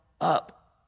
up